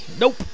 Nope